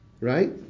Right